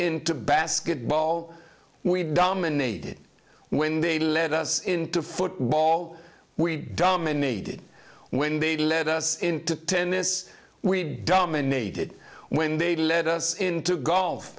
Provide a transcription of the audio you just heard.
basketball we dominated when they led us into football we dominated when they led us into tennis we dominated when they led us into golf